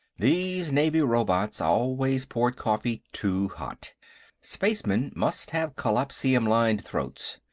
these navy robots always poured coffee too hot spacemen must have collapsium-lined throats.